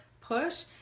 push